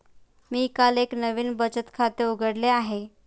मी काल एक नवीन बचत खाते उघडले आहे